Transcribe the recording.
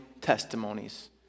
testimonies